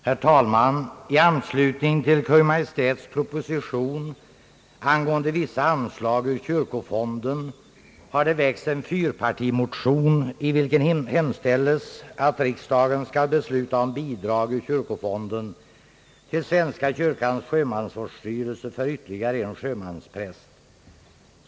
Herr talman! I anslutning till Kungl. Maj:ts proposition angående vissa anslag ur kyrkofonden, m.m. har det väckts en fyrpartimotion, i vilken hemställes att riksdagen skall besluta om bidrag ur kyrkofonden till Svenska kyrkans sjömansvårdsstyrelse för ytterligare en sjömanspräst.